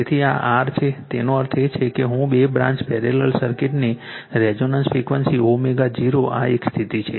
તેથી આ R છે તેનો અર્થ એ કે શું બે બ્રાન્ચ પેરેલલ સર્કિટની રેઝોનન્સ ફ્રિક્વન્સી ω0 આ એક સ્થિતિ છે